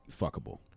fuckable